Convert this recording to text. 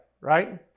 right